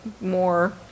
more